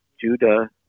Judah